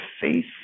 faith